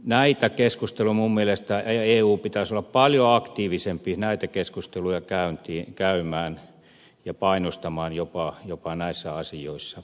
näitä keskusteluja minun mielestäni eun pitäisi olla paljon aktiivisempi käymään ja jopa painostamaan näissä asioissa